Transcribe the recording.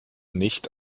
nicht